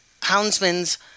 houndsmen's